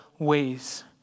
Ways